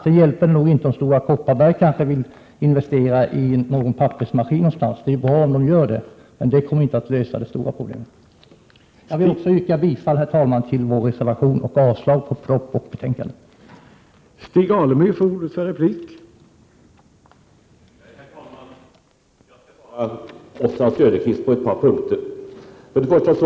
Sedan hjälper det inte om Stora Kopparberg vill investera i någon pappersmaskin någonstans; det är bra om man gör det, men det kommer inte att lösa de stora problemen. Herr talman! Jag yrkar bifall till vår reservation, vilket innebär avslag på utskottets hemställan och därmed också på propositionen.